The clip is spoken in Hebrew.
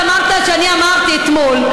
אמרת שאני אמרתי אתמול,